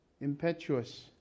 impetuous